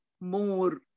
more